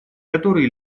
которые